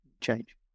change